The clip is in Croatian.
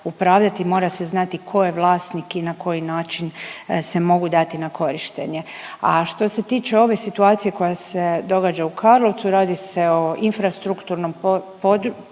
upravljati, mora se znati tko je vlasnik i na koji način se mogu dati na korištenje. A što se tiče ove situacije koja se događa u Karlovcu, radi se o infrastrukturnom projektu